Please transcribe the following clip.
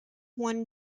one